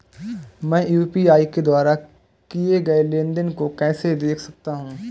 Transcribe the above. मैं यू.पी.आई के द्वारा किए गए लेनदेन को कैसे देख सकता हूं?